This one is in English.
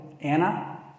Anna